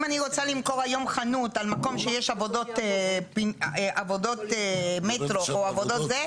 אם אני רוצה למכור היום חנות על מקום שיש היום עבודות מטרו או זה,